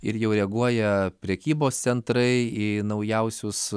ir jau reaguoja prekybos centrai į naujausius